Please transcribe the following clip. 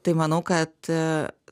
tai manau kad